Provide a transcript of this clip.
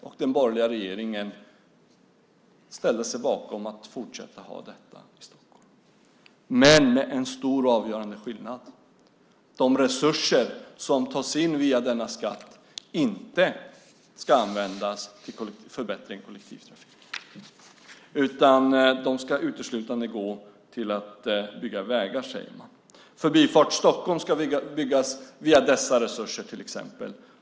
Och den borgerliga regeringen ställde sig bakom att fortsätta ha trängselskatter i Stockholm, men med en stor avgörande skillnad: De resurser som tas in via denna skatt ska inte användas till förbättring av kollektivtrafiken. De ska uteslutande gå till att bygga vägar, säger man. Till exempel ska Förbifart Stockholm byggas via dessa resurser.